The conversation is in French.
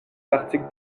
l’article